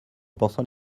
pensant